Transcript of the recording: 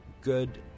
good